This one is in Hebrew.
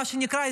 מה שנקרא,